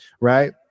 Right